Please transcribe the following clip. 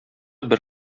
бер